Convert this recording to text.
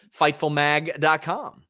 FightfulMag.com